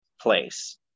place